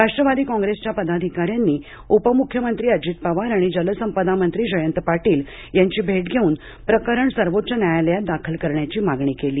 राष्ट्रवादी काँग्रेसच्या पदाधिकाऱ्यांनी उपमुख्यमंत्री अजित पवार आणि जलसंपदा मंत्री जयंत पाटील यांची भेट घेऊन प्रकरण सर्वोच्च न्यायालयात दाखल करण्याची मागणी केली